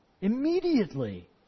immediately